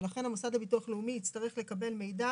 ולכן המוסד לביטוח לאומי יצטרך לקבל מידע